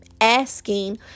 asking